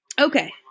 Okay